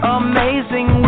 amazing